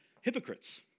hypocrites